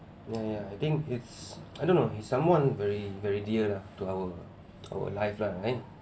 ya yeah I think it's I don't know he's someone very very dear lah to our our life lah right